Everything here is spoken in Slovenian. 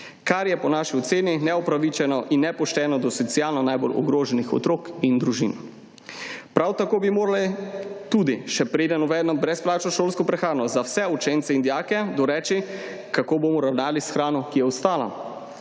kar je po naši oceni neupravičeno in nepošteno do socialno najbolj ogroženih otrok in družin. Prav tako bi morali tudi še preden uvedemo brezplačno šolsko prehrano za vse učence in dijake doreči, kako bomo ravnali s hrano, ki je ostala.